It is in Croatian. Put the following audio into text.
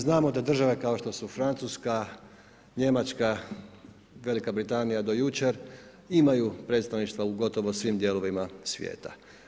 Znamo da države kao što su Francuska, Njemačka, Velika Britanija, do jučer, imaju predstavništva u gotovo svim dijelovima svijeta.